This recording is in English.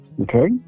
Okay